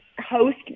host